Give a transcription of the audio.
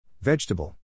Vegetable